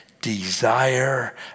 desire